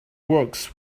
works